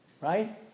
right